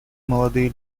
молодые